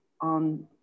on